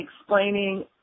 explaining